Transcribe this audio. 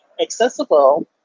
accessible